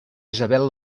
isabel